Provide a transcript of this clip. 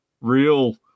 real